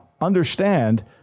understand